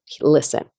listen